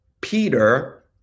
peter